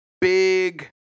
big